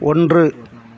ஒன்று